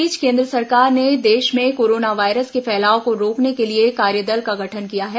इस बीच केन्द्र सरकार ने देश में कोरोना वायरस के फैलाव को रोकने के लिए कार्यदल का गठन किया है